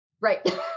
Right